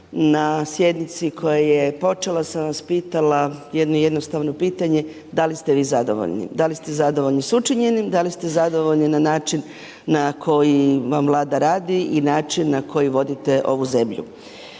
na sjednici koja je počela sam vas pitala jedno jednostavno pitanje da li ste zadovoljni s učinjenim, da li ste zadovoljni na način na koji vam Vlada radi i način na koji vodite ovu zemlju.